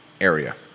area